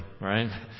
right